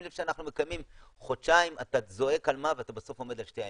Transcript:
שים לב שחודשיים אתה זועק ואתה בסוף עומד על שניים.